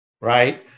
Right